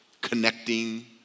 connecting